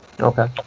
Okay